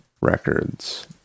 Records